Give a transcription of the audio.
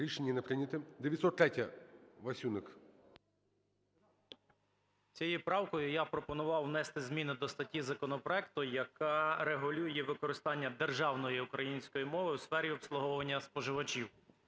Рішення не прийнято. 903-я, Васюник. 11:40:50 ВАСЮНИК І.В. Цією правкою я пропонував внести зміни до статті законопроекту, яка регулює використання державної української мови у сфері обслуговування споживачів.